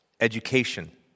education